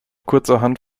kurzerhand